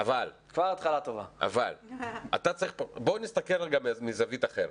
אבל בואו נסתכל רגע מזווית אחרת.